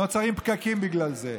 נוצרים פקקים בגלל זה.